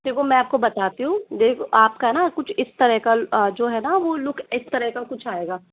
देखो मैं आपको बताती हूँ आपका हैं ना कुछ इस तरह का जो है ना लुक इस तरह का कुछ आएगा